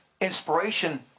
inspiration